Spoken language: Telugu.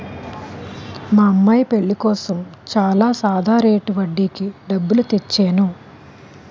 మా అమ్మాయి పెళ్ళి కోసం చాలా సాదా రేటు వడ్డీకి డబ్బులు తెచ్చేను